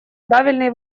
правильный